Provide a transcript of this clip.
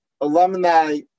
alumni